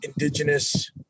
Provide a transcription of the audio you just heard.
indigenous